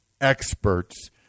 experts